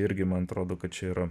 irgi man atrodo kad čia yra